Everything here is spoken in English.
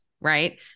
Right